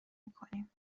میکنیم